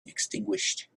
extinguished